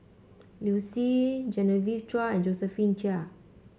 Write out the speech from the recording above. Liu Si Genevieve Chua and Josephine Chia